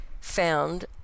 found